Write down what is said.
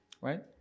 right